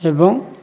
ଏବଂ